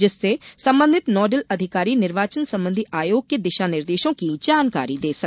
जिससे संबंधित नोडल अधिकारी निर्वाचन संबंधी आयोग के दिशा निर्देशों की जानकारी दे सके